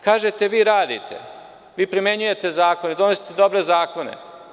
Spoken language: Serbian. Kažete vi radite, vi primenjujete zakone, doneli ste dobre zakone.